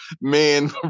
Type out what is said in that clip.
man